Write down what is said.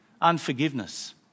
Unforgiveness